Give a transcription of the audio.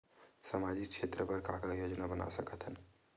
सामाजिक क्षेत्र बर का का योजना बना सकत हन?